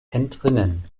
entrinnen